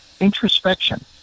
introspection